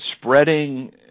spreading